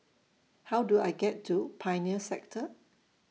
How Do I get to Pioneer Sector